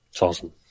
awesome